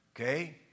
Okay